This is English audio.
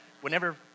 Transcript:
Whenever